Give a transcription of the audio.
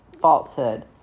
falsehood